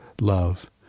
love